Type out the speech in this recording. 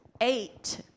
eight